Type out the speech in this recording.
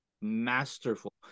masterful